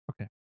okay